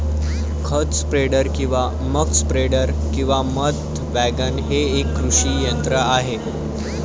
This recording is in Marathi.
खत स्प्रेडर किंवा मक स्प्रेडर किंवा मध वॅगन हे एक कृषी यंत्र आहे